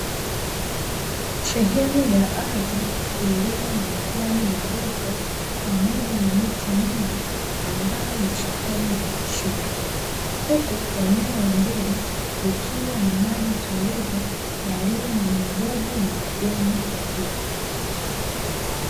Sehemu ya ardhi iliyo na majani marefu pamoja na miti mingi ambayo ni sehemu ya msitu, huku eneo la mbele likiwa na maji tulivu, yaliyo na magugu na majani kwa juu.